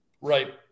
Right